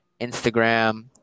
Instagram